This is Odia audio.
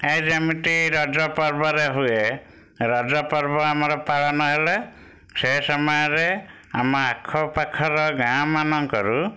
ଏଇ ଯେମିତି ରଜପର୍ବରେ ହୁଏ ରଜପର୍ବ ଆମର ପାଳନ ହେଲେ ସେ ସମୟରେ ଆମ ଆଖ ପାଖର ଗାଁ ମାନଙ୍କରୁ